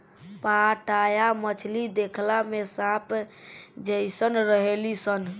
पाटया मछली देखला में सांप जेइसन रहेली सन